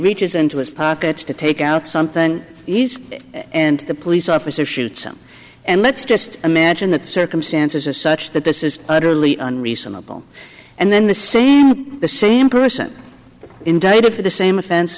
reaches into his pocket to take out something and he's and the police officer shoots him and let's just imagine that circumstances are such that this is utterly unreasonable and then the same with the same person indicted for the same offense